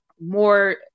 more